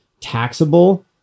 taxable